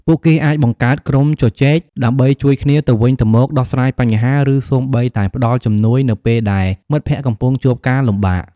ពួកគេអាចបង្កើត ក្រុមជជែក ដើម្បីជួយគ្នាទៅវិញទៅមក ដោះស្រាយបញ្ហា ឬសូម្បីតែផ្តល់ជំនួយនៅពេលដែលមិត្តភ័ក្តិកំពុងជួបការលំបាក ។